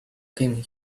came